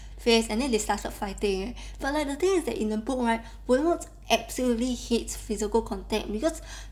face and then they started fighting eh but like the thing is that in a book right voldemort absolutely hates physical contact because